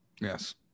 Yes